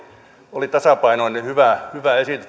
oli tasapainoinen hyvä esitys